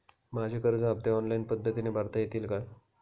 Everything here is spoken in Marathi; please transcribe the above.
माझे कर्ज हफ्ते ऑनलाईन पद्धतीने भरता येतील का?